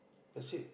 that's it